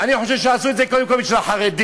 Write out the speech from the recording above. אני חושב שעשו את זה קודם כול בשביל החרדים,